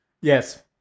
Yes